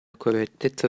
correttezza